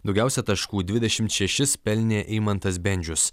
daugiausia taškų dvidešimt šešis pelnė eimantas bendžius